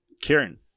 kieran